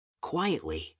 Quietly